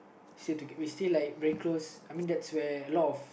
still we still very close that's like where there's a lot